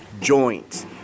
joints